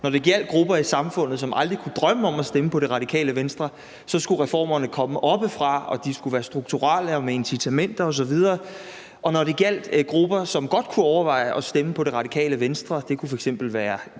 når det gjaldt nogle grupper i samfundet, som aldrig kunne drømme om at stemme på Radikale Venstre, skulle komme oppefra, og at de skulle være strukturelle og med incitamenter osv., men at det, når det gjaldt nogle grupper, som godt kunne overveje at stemme på Radikale Venstre – det kunne f.eks. være